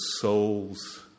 souls